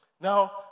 Now